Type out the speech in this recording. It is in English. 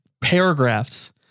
paragraphs